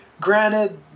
Granted